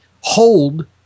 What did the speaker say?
hold